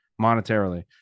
monetarily